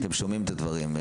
אתם שומעים את הדברים.